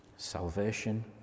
Salvation